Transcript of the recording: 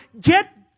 Get